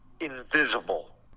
invisible